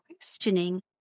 questioning